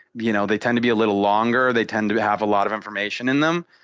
you know, they tend to be a little longer. they tend to have a lot of information in them.